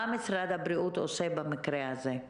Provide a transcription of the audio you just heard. מה משרד הבריאות עושה במקרה הזה?